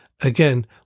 Again